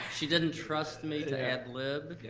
she didn't trust me to ad lib.